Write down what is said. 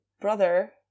brother